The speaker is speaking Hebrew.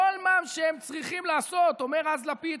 כל מה שהם צריכים לעשות" אומר אז לפיד,